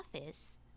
office